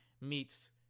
meets